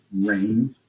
range